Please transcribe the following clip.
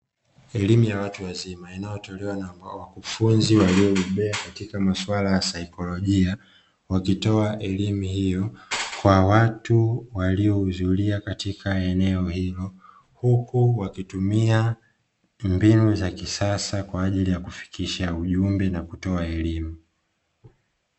Elimu ya watu wazima inayotolewa na ambao wakufunzi waliobobea katika maswala ya saikolojia, wakitoa elimu iyo kwa watu walioudhuria katika eneo ilo. Huku wakitumia mbinu za kisasa kwa ajili ya kufikisha ujumbe na kutoa elimu.